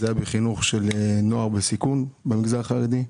זה היה בחינוך של נוער בסיכון במגזר החרדי.